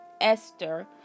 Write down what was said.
Esther